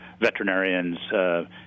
veterinarians